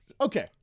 Okay